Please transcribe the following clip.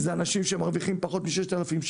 אלה אנשים שמרוויחים פחות מ-6,000.